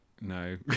no